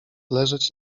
leżeć